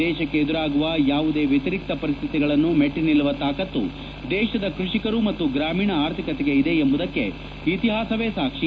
ದೇಶಕ್ಕೆ ಎದುರಾಗುವ ಯಾವುದೇ ವ್ಯತಿರಿಕ್ತ ಪರಿಸ್ಥಿತಿಗಳನ್ನು ಮೆಟ್ಟಿ ನಿಲ್ಲಾವ ತಾಕತ್ತು ದೇಶದ ಕೃಷಿಕರು ಮತ್ತು ಗ್ರಾಮೀಣ ಆರ್ಥಿಕತೆಗೆ ಇದೆ ಎಂಬುದಕ್ಕೆ ಇತಿಹಾಸವೇ ಸಾಕ್ಷಿ